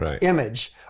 image